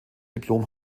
diplom